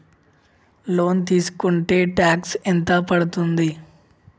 Loan తీస్కుంటే tax ఎంత పడ్తుంది?